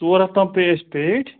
ژور ہَتھ تام پیٚیہِ اَسہِ پیٖٹۍ